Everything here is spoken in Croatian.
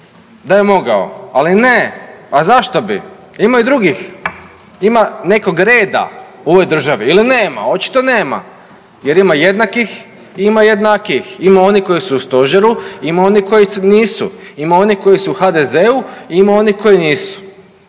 da je mogao? Ali ne, a zašto bi, ima i drugih, ima nekog reda u ovoj državi ili nema? Očito nema jer ima jednakih i ima jednakijih, ima onih koji su u stožeru, ima onih koji nisu, ima onih koji su HDZ-u, ima onih koji nisu.